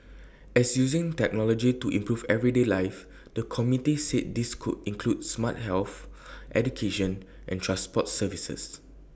as using technology to improve everyday life the committee said this could include smart health education and transport services